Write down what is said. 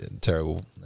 terrible